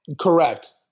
Correct